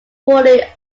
wholly